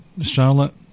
Charlotte